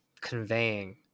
conveying